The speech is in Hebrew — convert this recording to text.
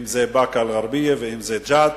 אם זה באקה-אל-ע'רביה ואם זה ג'ת.